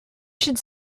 should